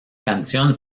canción